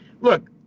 Look